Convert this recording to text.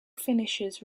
finishers